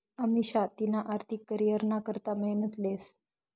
अमिषा तिना आर्थिक करीयरना करता मेहनत लेस